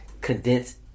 condense